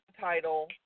title